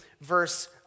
verse